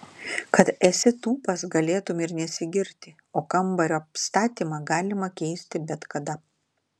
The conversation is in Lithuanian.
kad esi tūpas galėtum ir nesigirti o kambario apstatymą galima keisti bet kada